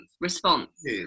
response